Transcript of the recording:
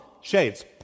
Shades